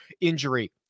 injury